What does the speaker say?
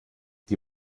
die